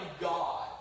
God